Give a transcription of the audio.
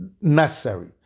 necessary